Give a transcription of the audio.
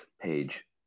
page